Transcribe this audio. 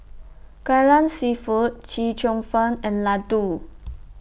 Kai Lan Seafood Chee Cheong Fun and Laddu